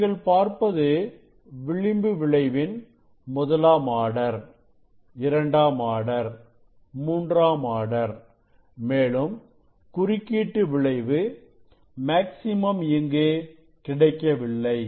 நீங்கள் பார்ப்பது விளிம்பு விளைவின் முதலாம் ஆர்டர் இரண்டாம் ஆர்டர் மூன்றாம் ஆர்டர் மேலும் குறுக்கீட்டு விளைவு மேக்ஸிமம் இங்கு கிடைக்கவில்லை